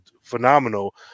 phenomenal